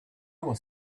was